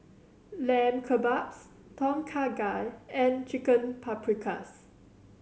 Lamb Kebabs Tom Kha Gai and Chicken Paprikas